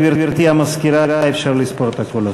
גברתי המזכירה, אפשר לספור את הקולות.